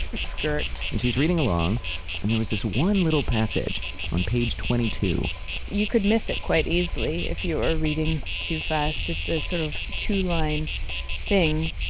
skirt. and she's reading along and there's this one little passage on page twenty-two you could miss it quite easily, if you are reading too fast. it's ah sort of two-line thing.